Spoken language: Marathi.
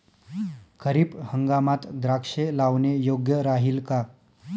खरीप हंगामात द्राक्षे लावणे योग्य राहिल का?